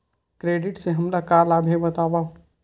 Credit से हमला का लाभ हे बतावव?